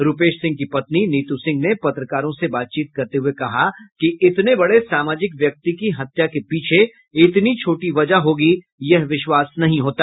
रूपेश सिंह की पत्नी नीतू सिंह ने पत्रकारों से बातचीत करते हुए कहा कि इतने बड़े सामाजिक व्यक्ति की हत्या के पीछे इतनी छोटी वजह होगी यह विश्वास नहीं होता